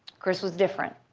chris was different.